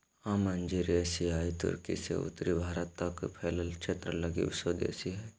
आम अंजीर एशियाई तुर्की से उत्तरी भारत तक फैलल क्षेत्र लगी स्वदेशी हइ